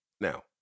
Now